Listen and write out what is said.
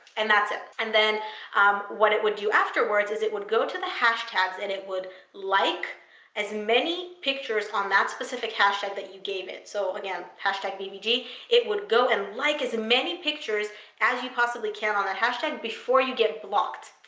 and that's it. and then um what it would do afterwards is it would go to the hashtags, and it would like as many pictures on that specific hashtag that gave it. so again, bbg, it would go and like as many pictures as you possibly can on that hashtag before you get blocked.